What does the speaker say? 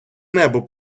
небо